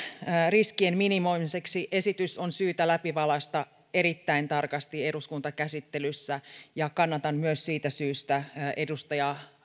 riskien minimoimiseksi esitys on syytä läpivalaista erittäin tarkasti eduskuntakäsittelyssä ja kannatan myös siitä syystä edustaja